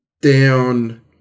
down